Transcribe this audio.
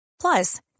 Plus